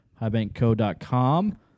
highbankco.com